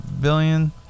billion